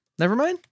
Nevermind